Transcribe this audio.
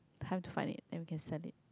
time to find it and we can sell it